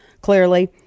clearly